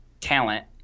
talent